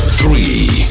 three